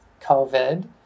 COVID